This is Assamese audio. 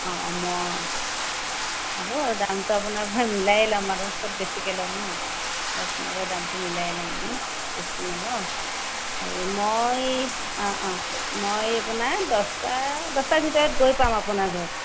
অঁ অঁ মই হ'ব আৰু দামটো আপোনাৰ পৰা মিলাই ল'ম আৰু ক'ত বেছিকে ল'ম ন' আপোনাৰ পৰা দামটো মিলাই ল'ম মই বেছি নলওঁ হেৰি মই অঁ অঁ মই আপোনাৰ দহটা দহটাৰ ভিতৰত গৈ পাম আপোনাৰ ঘৰত